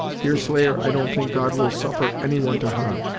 deerslayer i don't think god will suffer any one to harm.